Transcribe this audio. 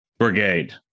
brigade